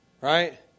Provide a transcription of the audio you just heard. right